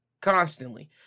constantly